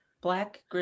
black